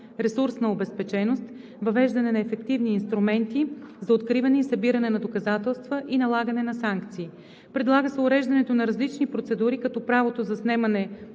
ресурсна обезпеченост, въвеждане на ефективни инструменти за откриване и събиране на доказателства и налагане на санкции. Предлага се уреждането на различни процедури, като правото за снемане